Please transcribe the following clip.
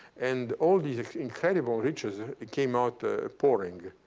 and all these incredible riches came out ah pouring.